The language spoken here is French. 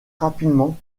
rapidement